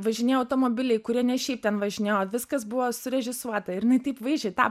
važinėjo automobiliai kurie ne šiaip ten važinėjo viskas buvo surežisuota ir jinai taip vaizdžiai tą